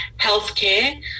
healthcare